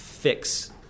fix